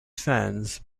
fans